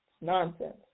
Nonsense